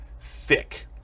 thick